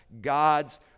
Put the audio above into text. God's